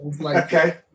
Okay